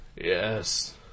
Yes